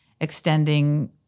extending